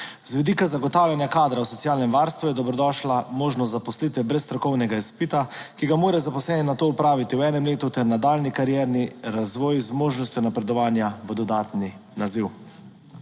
Z vidika zagotavljanja kadra v socialnem varstvu je dobrodošla možnost zaposlitve brez strokovnega izpita, ki ga morajo zaposleni nato opraviti v enem letu ter nadaljnji karierni razvoj z možnostjo napredovanja v dodatni naziv.